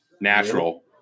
natural